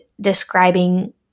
describing